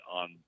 on